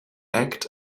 act